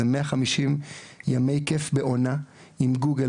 אלו כ-150 ימי כיף בעונה עם גוגל,